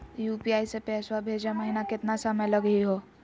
UPI स पैसवा भेजै महिना केतना समय लगही हो?